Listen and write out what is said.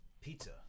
Pizza